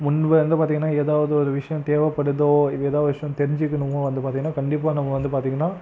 முன்னே வந்து பார்த்தீங்கன்னா ஏதாவது ஒரு விஷயம் தேவைப்படுதோ இல்லை ஏதாவது ஒரு விஷயம் தெரிஞ்சுக்கிணுமோ வந்து பார்த்தீங்கன்னா கண்டிப்பாக நம்ம வந்து பார்த்தீங்கன்னா